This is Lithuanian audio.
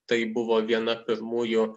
tai buvo viena pirmųjų